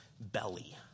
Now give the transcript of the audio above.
belly